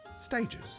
Stages